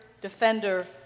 defender